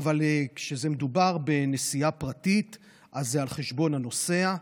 אבל כשמדובר בנסיעה פרטית זה על חשבון הנוסע,